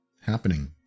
happening